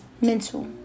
mental